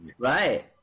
Right